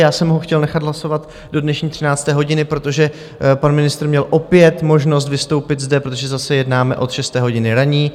Já jsem ho chtěl nechat hlasovat do dnešní 13. hodiny, protože pan ministr měl opět možnost vystoupit zde, protože zase jednáme od 6. hodiny ranní.